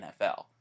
NFL